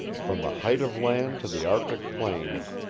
from the height of land to the arctic plains,